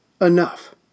enough